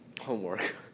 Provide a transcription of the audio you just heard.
homework